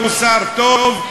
הוא שר טוב,